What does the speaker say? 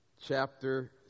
chapter